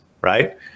right